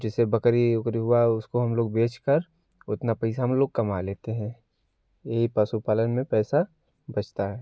जैसे बकरी वकरी हुआ उसको हम लोग बेचकर उतना पैसा हम लोग कमा लेते हैं यही पशु पालन में पैसा बचता है